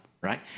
right